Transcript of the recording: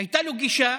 הייתה לו גישה